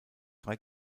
drei